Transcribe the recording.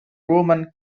roman